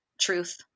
Truth